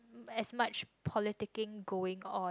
as much politicing going on